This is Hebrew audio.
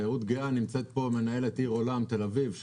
תיירות גאה נמצאת פה מנהלת עיר-עולם שרון.